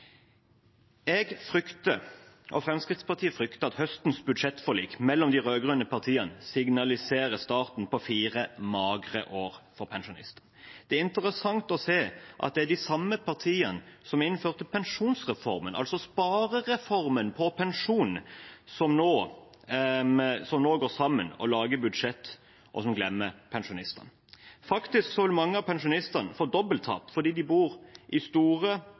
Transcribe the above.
Jeg og Fremskrittspartiet frykter at høstens budsjettforlik mellom de rød-grønne partiene signaliserer starten på fire magre år for pensjonistene. Det er interessant å se at det er de samme partiene som innførte pensjonsreformen, altså sparereformen på pensjon, som nå har gått sammen for å lage budsjett, og de glemmer pensjonistene. Faktisk vil mange av pensjonistene få dobbelttap, fordi de bor i store,